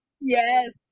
yes